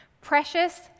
precious